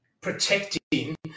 protecting